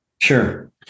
Sure